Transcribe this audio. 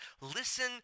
Listen